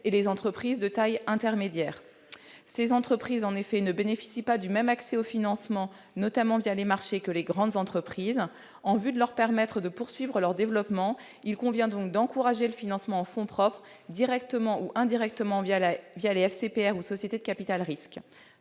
et les entreprises de taille intermédiaire. Ces entreprises, en effet, ne bénéficient pas du même accès au financement, notamment les marchés, que les grandes entreprises. En vue de leur permettre de poursuivre leur développement, il convient donc d'encourager le financement en fonds propres directement et indirectement les FCPR ou sociétés de capital-risque.